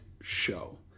show